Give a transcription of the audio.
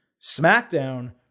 SmackDown